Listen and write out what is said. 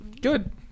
Good